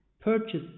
purchase